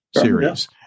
series